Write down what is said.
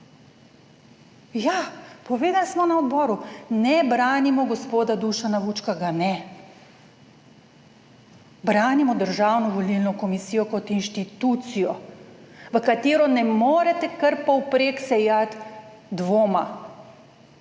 Ja, povedali smo na odboru, ne branimo gospoda Dušana Vučka, ga ne. Branimo Državno volilno komisijo kot inštitucijo, v katero ne morete kar povprek sejati dvoma,